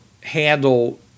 handle